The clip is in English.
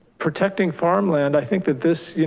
protecting farmland, i think that this,